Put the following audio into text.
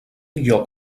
lloc